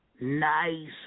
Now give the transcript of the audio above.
Nice